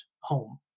home